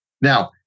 Now